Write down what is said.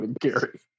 Gary